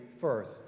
first